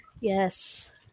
Yes